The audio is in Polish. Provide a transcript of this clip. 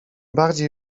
bardziej